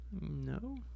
No